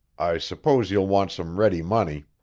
i suppose you'll want some ready money.